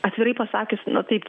atvirai pasakius nu taip